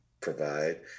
provide